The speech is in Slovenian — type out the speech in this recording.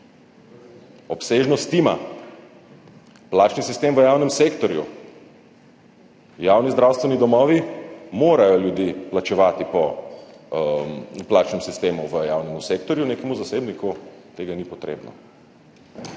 obsežnost tima, plačni sistem v javnem sektorju. Javni zdravstveni domovi morajo ljudi plačevati po plačnem sistemu v javnem sektorju, nekemu zasebniku to ni potrebno.